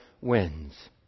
wins